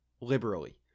liberally